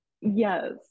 Yes